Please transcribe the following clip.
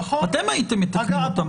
אתם הייתם מתקנים אותם.